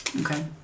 Okay